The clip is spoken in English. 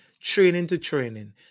training-to-training